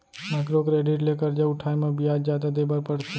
micro credit ले खरजा उठाए म बियाज जादा देबर परथे